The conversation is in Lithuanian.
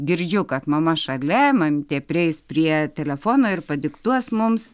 girdžiu kad mama šalia mamytė prieis prie telefono ir padiktuos mums